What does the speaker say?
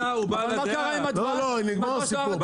לא, נגמר הסיפור.